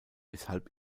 weshalb